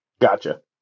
Gotcha